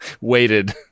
waited